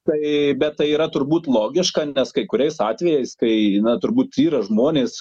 tai bet tai yra turbūt logiška nes kai kuriais atvejais kai na turbūt yra žmonės